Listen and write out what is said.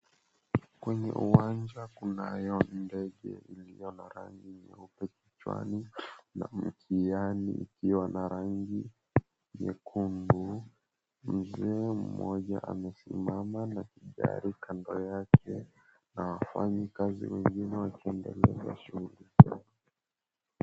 Kwenye uwanja kunayo ndege iliyo na rangi nyeupe kichwani na mkiani ikiwa na rangi nyekundu. Mzee mmoja amesimama na gari kando yake na wafanyakazi wengine wakiendelea na shughuli zao.